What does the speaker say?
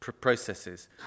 processes